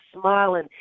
smiling